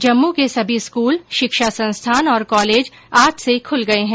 जम्मू के सभी स्कूल शिक्षा संस्थान और कॉलेज आज से खुल गये है